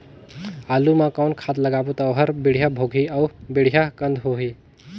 आलू मा कौन खाद लगाबो ता ओहार बेडिया भोगही अउ बेडिया कन्द होही?